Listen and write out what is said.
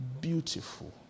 beautiful